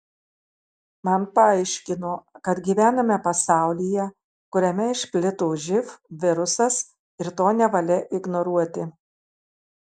man paaiškino kad gyvename pasaulyje kuriame išplito živ virusas ir to nevalia ignoruoti